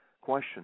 question